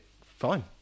fine